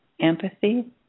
empathy